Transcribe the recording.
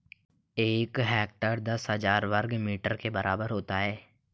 एक हेक्टेयर दस हज़ार वर्ग मीटर के बराबर होता है